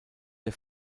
der